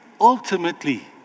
ultimately